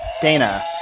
Dana